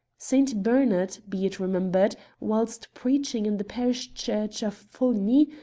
saint bernard, be it remem bered, whilst preaching in the parish church of foligny,